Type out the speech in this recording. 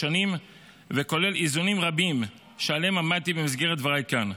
שנים וכולל איזונים רבים שעליהם עמדתי במסגרת דבריי כאן.